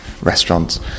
restaurants